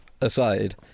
aside